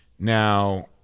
Now